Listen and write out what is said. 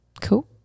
cool